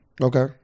Okay